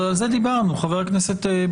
אבל על זה דיברנו, חבר הכנסת בגין.